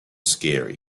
scary